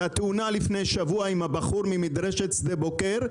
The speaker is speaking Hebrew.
התאונה לפני שבוע עם הבחור ממדרשת שדה בוקר,